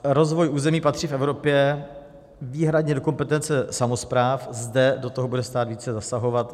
Rozvoj území patří v Evropě výhradě do kompetence samospráv, zde do toho bude stát více zasahovat.